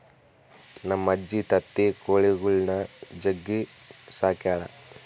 ನಮ್ಮಜ್ಜಿ ತತ್ತಿ ಕೊಳಿಗುಳ್ನ ಜಗ್ಗಿ ಸಾಕ್ಯಳ